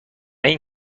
این